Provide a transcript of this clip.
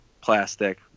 plastic